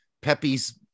Pepe's